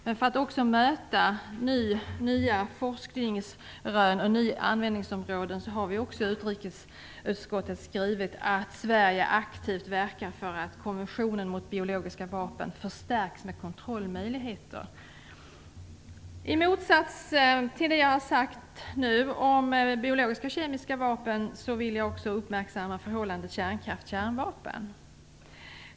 Men för att också möta nya forskningsrön och användningsområden har vi i utrikesutskottets betänkande skrivit att Sverige aktivt verkar för att konventionen mot biologiska vapen förstärks med kontrollmöjligheter. I motsats till det jag har sagt nu om biologiska och kemiska vapen vill jag också uppmärksamma förhållandet kärnkraft-kärnvapen.